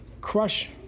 crush